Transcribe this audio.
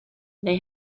they